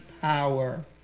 power